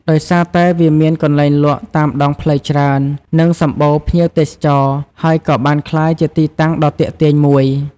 ដោយសារតែវាមានកន្លែងលក់តាមដងផ្លូវច្រើន និងសម្បូរភ្ញៀវទេសចរណ៍ ហើយក៏បានក្លាយជាទីតាំងដ៏ទាក់ទាញមួយ។